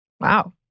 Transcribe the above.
Wow